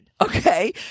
Okay